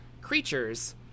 creatures